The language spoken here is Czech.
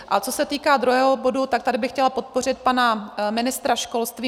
A co se týká druhého bodu, tady bych chtěla podpořit pana ministra školství.